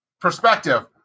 perspective